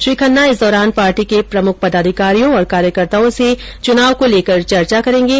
श्री खन्ना इस दौरान पार्टी के प्रमुख पदाधिकारियों और कार्यकर्ताओं से चुनाव को लेकर चर्चा करेंगे